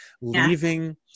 leaving